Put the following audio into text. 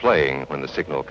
playing when the signal